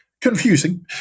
confusing